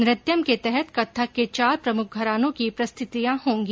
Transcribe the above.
नृत्यम के तहत कत्थक के चार प्रमुख घरानों की प्रस्तुतियां होगी